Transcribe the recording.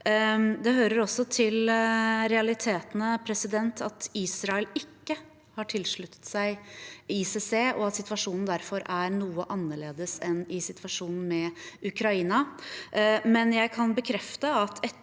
Det hører også til realitetene at Israel ikke har tilsluttet seg ICC, og at situasjonen derfor er noe annerledes enn i situasjonen med Ukraina. Jeg kan bekrefte at etter